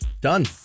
done